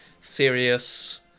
serious